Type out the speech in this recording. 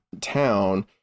town